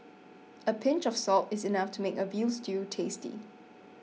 a pinch of salt is enough to make a Veal Stew tasty